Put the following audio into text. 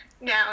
now